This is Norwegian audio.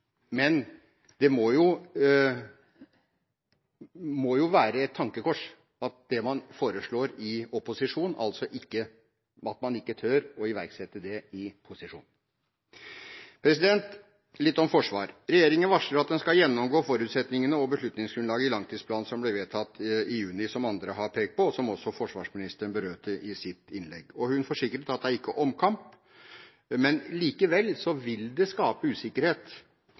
men det må jo være et tankekors at det man foreslår i opposisjon, tør man ikke å iverksette i posisjon. Litt om forsvar. Regjeringen varsler at den skal gjennomgå forutsetningene og beslutningsgrunnlaget i den langtidsplanen som ble vedtatt i juni, som andre har pekt på, og som også forsvarsministeren berørte i sitt innlegg. Hun forsikret at det ikke er omkamp. Men likevel vil det skape usikkerhet